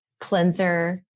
cleanser